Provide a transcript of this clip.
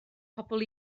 pobl